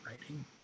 writing